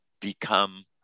become